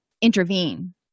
intervene